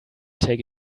take